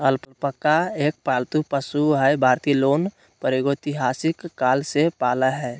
alpaca एक पालतू पशु हई भारतीय लोग प्रागेतिहासिक काल से पालय हई